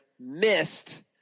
missed